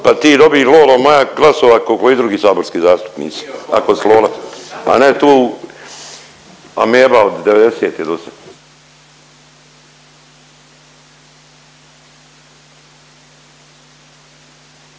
pa ti dobi lolo moja glasova koliko i drugi saborski zastupnici ako si lola, a ne tu ameba '90. došao./…